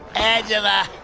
angela.